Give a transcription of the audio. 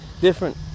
different